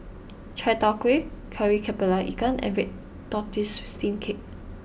Chai Tow Kuay Kari Kepala Ikan and Red Tortoise Steamed Cake